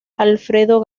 alfredo